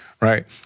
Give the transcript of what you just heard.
right